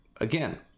Again